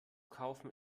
kaufen